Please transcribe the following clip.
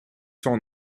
sans